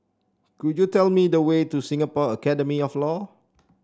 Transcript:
could you tell me the way to Singapore Academy of Law